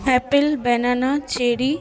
apple banana cherry